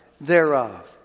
thereof